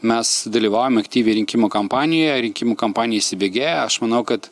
mes dalyvaujam aktyviai rinkimų kampanijoje rinkimų kampanija įsibėgėja aš manau kad